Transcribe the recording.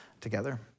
together